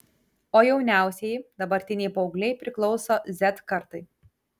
o jauniausieji dabartiniai paaugliai priklauso z kartai